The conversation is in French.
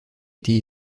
été